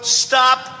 stop